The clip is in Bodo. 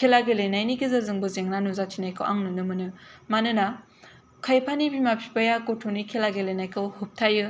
खेला गेलेनायनि गेजेरजोंबो जेंना नुजाथिनायखौ आं नुनो मोनो मानोना खायफानि बिमा बिफाया गथ'नि खेला गेलेनायखौ होबथायो